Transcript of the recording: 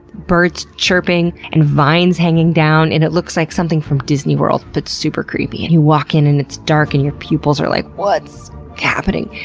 birds chirping, and vines hanging down, and it looks like something from disney world but super creepy. and, you walk in, and it's dark, and your pupils are like, what's happening?